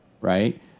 right